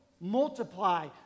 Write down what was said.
multiply